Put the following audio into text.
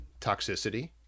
toxicity